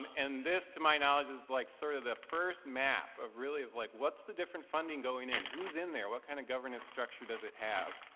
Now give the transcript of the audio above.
and this, to my knowledge, is like sort of the first map really of like, what's the different funding going in? who's in there? what kind of governance structure does it have?